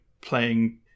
playing